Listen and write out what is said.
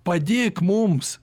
padėk mums